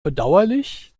bedauerlich